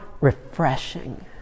refreshing